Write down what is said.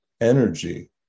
energy